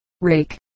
Rake